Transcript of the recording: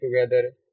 together